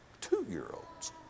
Two-year-olds